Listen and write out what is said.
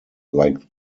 like